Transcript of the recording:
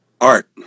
art